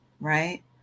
right